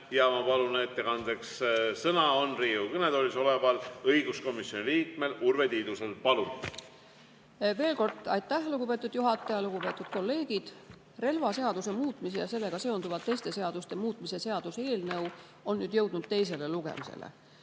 Ma palun, ettekandeks on sõna Riigikogu kõnetoolis oleval õiguskomisjoni liikmel Urve Tiidusel. Palun! Veel kord aitäh, lugupeetud juhataja! Lugupeetud kolleegid! Relvaseaduse muutmise ja sellega seonduvalt teiste seaduste muutmise seaduse eelnõu on nüüd jõudnud teisele lugemisele.